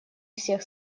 всех